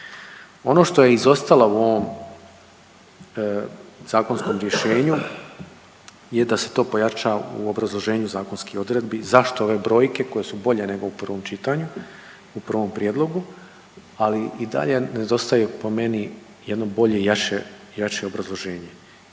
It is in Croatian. Ono što je izostalo u ovom zakonskom rješenju je da se to pojača u obrazloženju zakonskih odredbi zašto ove brojke koje su bolje nego u prvom čitanju, u prvom prijedlogu ali i dalje nedostaju po meni jedno bolje i jače obrazloženje.